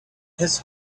his